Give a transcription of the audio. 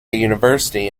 university